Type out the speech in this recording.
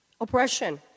oppression